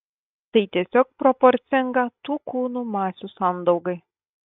tai tiesiog proporcinga tų kūnų masių sandaugai